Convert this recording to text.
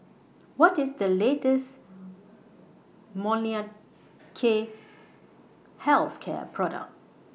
What IS The latest Molnylcke Health Care Product